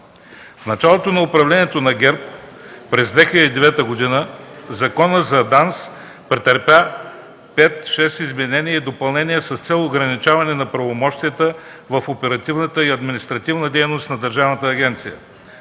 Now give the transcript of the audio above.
В началото на управлението на ГЕРБ през 2009 г. Законът за ДАНС претърпя 5-6 изменения и допълнения с цел ограничаване на правомощията в оперативната и административната дейност на Държавната агенция.